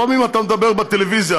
לפעמים אתה מדבר בטלוויזיה.